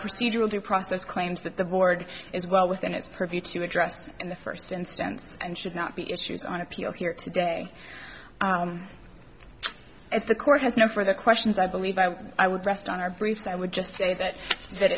procedural due process claims that the board is well within his purview to address in the first instance and should not be issues on appeal here today if the court has no further questions i believe i would rest on our briefs i would just say that that